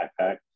backpack